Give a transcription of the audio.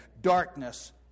Darkness